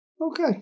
Okay